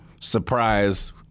surprise